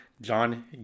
John